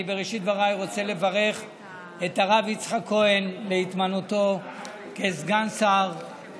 בראשית דבריי אני רוצה לברך את הרב יצחק כהן על התמנותו לסגן שר,